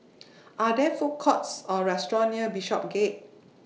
Are There Food Courts Or restaurants near Bishopsgate